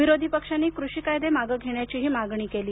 विरोधी पक्षांनी कृषी कायदे मागं घेण्याची ही मागणी केली